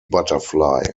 butterfly